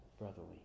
brotherly